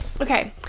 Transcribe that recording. okay